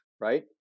right